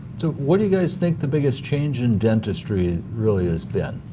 what do you guys think the biggest change in dentistry really has been?